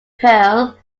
perl